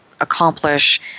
accomplish